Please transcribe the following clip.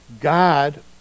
God